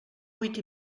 buit